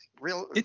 real